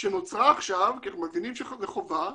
שנוצרה עכשיו כי אנחנו מבינים שזה חובה,